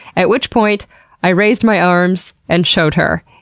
at which point i raised my arms and showed her.